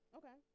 okay